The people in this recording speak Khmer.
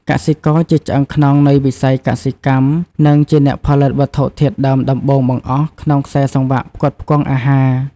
កសិករ ជាឆ្អឹងខ្នងនៃវិស័យកសិកម្ម និងជាអ្នកផលិតវត្ថុធាតុដើមដំបូងបង្អស់ក្នុងខ្សែសង្វាក់ផ្គត់ផ្គង់អាហារ។